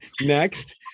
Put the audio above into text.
next